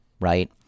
right